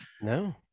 no